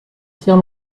tirs